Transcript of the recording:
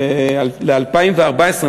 ל-2014,